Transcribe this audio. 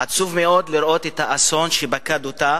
עצוב מאוד לראות את האסון שפקד אותה,